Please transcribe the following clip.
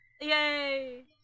Yay